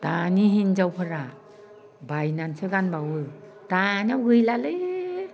दानि हिनजावफोरा बायनानैसो गानबावो दानायाव गैलालै